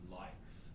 likes